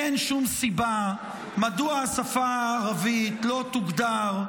אין שום סיבה שהשפה הערבית לא תוגדר,